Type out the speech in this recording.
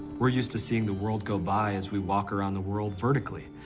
we're used to seeing the world go by as we walk around the world vertically,